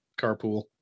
Carpool